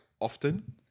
often